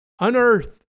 Unearth